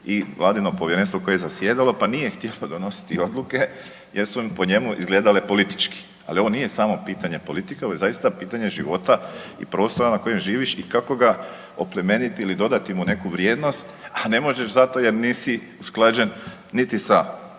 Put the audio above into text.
i Vladino Povjerenstvo koje je zasjedalo pa nije htio donositi odluke jer su im po njemu izgledale politički. Ali, ovo nije samo pitanje politike, ovo je zaista pitanje života i prostora na kojem živiš i kako ga oplemeniti ili dodati mu neku vrijednost, a ne možeš zato jer nisi usklađen niti sa